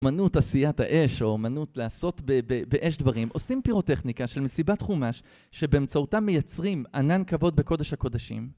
אמנות עשיית האש או אמנות לעשות באש דברים, עושים פירוטכניקה של מסיבת חומש, שבאמצעותה מייצרים ענן כבוד בקודש הקודשים